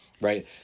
right